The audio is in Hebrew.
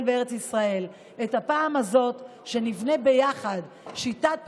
וארץ ישראל: בפעם הזאת נבנה ביחד שיטת בחירות,